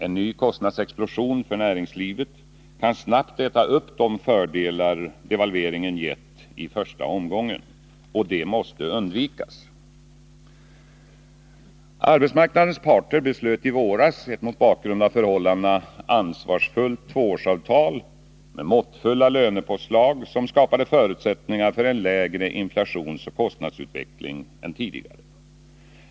En ny kostnadsexplosion för näringslivet kan snabbt äta upp de fördelar devalveringen givit i första omgången. Detta måste undvikas. Arbetsmarknadens parter slöt i våras ett mot bakgrund av förhållandena ansvarsfullt tvåårsavtal, med måttfulla lönepåslag som skapade förutsättningar för en lägre inflationsoch kostnadsutveckling än tidigare.